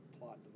plot